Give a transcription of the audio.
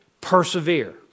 persevere